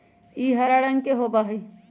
ई हरा रंग के होबा हई